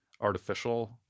artificial